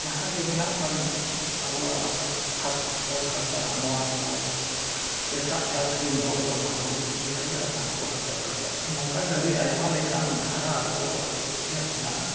ᱡᱟᱦᱟᱸᱜᱮ ᱢᱮᱱᱟᱜ ᱟᱠᱟᱱ ᱟᱵᱚᱣᱟᱜ ᱦᱟᱥᱟ ᱚᱛ ᱦᱟᱥᱟ ᱱᱚᱣᱟ ᱠᱚ ᱮᱴᱟᱜ ᱡᱟᱹᱛ ᱨᱮᱱ ᱦᱚᱲ ᱫᱚ ᱵᱟᱝ ᱠᱚ ᱠᱤᱨᱤᱧ ᱫᱟᱲᱮᱭᱟᱜᱼᱟ ᱵᱟᱝ ᱠᱚ ᱦᱟᱛᱟᱣ ᱫᱟᱲᱮᱭᱟᱜᱼᱟ ᱱᱚᱝᱠᱟᱜᱮ ᱟᱹᱰᱤ ᱟᱭᱢᱟ ᱞᱮᱠᱟᱱ ᱫᱷᱟᱨᱟ ᱟᱵᱚ ᱟᱹᱫᱤᱵᱟᱹᱥᱤᱭᱟᱜ ᱢᱮᱱᱟᱜᱼᱟ